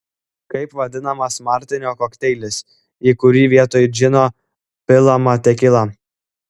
kaip vadinamas martinio kokteilis į kurį vietoj džino pilama tekila